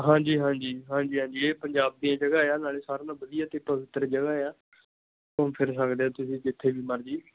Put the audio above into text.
ਹਾਂਜੀ ਹਾਂਜੀ ਹਾਂਜੀ ਹਾਂਜੀ ਇਹ ਪੰਜਾਬ ਦੀਆਂ ਜਗ੍ਹਾ ਆ ਨਾਲੇ ਸਾਰਿਆਂ ਨਾਲ ਵਧੀਆ ਅਤੇ ਪਵਿੱਤਰ ਜਗ੍ਹਾ ਆ ਘੁੰਮ ਫਿਰ ਸਕਦੇ ਆ ਤੁਸੀਂ ਜਿੱਥੇ ਵੀ ਮਰਜ਼ੀ